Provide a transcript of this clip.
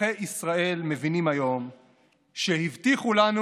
אזרחי ישראל מבינים היום שהבטיחו לנו